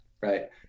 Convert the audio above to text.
right